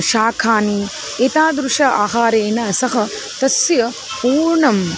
शाकानि एतादृशं आहारेण सः तस्य पूर्णम्